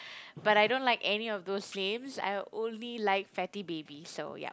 but I don't like any of those names I only like Fatty Baby so yup